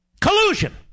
Collusion